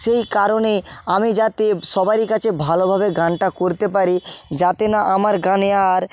সেই কারণে আমি যাতে সবারই কাছে ভালোভাবে গানটা করতে পারি যাতে না আমার গানে আর